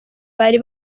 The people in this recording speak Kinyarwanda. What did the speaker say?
bari